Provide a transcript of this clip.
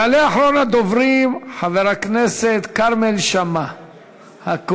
יעלה אחרון הדוברים, חבר הכנסת כרמל שאמה-הכהן,